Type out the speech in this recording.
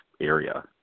area